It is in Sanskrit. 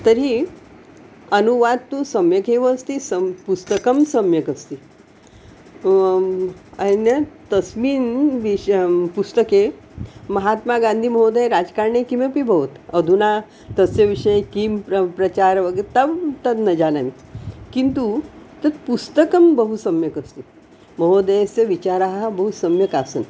तर्हि अनुवादः तु सम्यक् एव अस्ति सम् पुस्तकं सम्यक् अस्ति अन्यत् तस्मिन् विश पुस्तके महात्मागान्धी महोदय राजकारणे किमपि भवतु अधुना तस्य विषये किं प्र प्रचार वगे तं तद् न जानामि किन्तु तत् पुस्तकं बहु सम्यक् अस्ति महोदयस्य विचाराः बहु सम्यक् आसन्